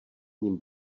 ním